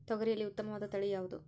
ತೊಗರಿಯಲ್ಲಿ ಉತ್ತಮವಾದ ತಳಿ ಯಾವುದು?